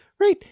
Right